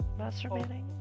masturbating